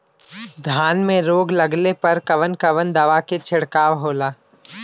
धान में रोग लगले पर कवन कवन दवा के छिड़काव होला?